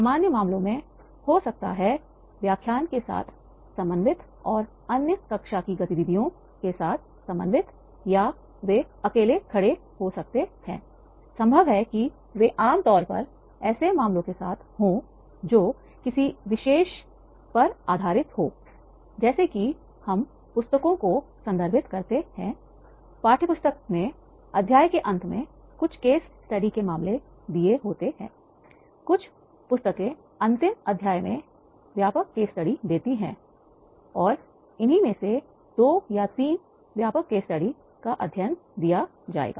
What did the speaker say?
सामान्य मामलों में हो सकता है व्याख्यान के साथ समन्वित और अन्य कक्षा की गतिविधियों के साथ समन्वित या वे अकेले खड़े हो सकते हैं संभव है कि वे आम तौर पर ऐसे मामलों के साथ हों जो किसी विशेष पर आधारित हों जैसे कि हम पुस्तकों को संदर्भित करते हैं पाठ्यपुस्तक में अध्याय के अंत में कुछ केस स्टडी के मामले दिए होते हैं कुछ पुस्तकें अंतिम अध्याय में व्यापक केस स्टडी देती है और और इन्हीं में से दो या तीन व्यापक केस स्टडी का अध्ययन दिया जाएगा